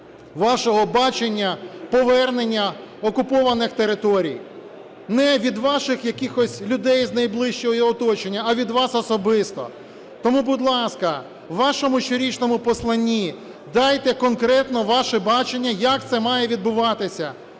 вашого бачення повернення окупованих територій. Не від ваших якихось людей з найближчого оточення, а від вас особисто. Тому, будь ласка, у вашому щорічному Посланні дайте конкретно ваше бачення, як це має відбуватися,